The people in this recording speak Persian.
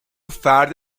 فرد